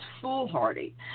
foolhardy